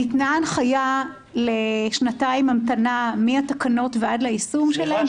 הנחיה לשנתיים המתנה מהתקנות ועד ליישום שלהן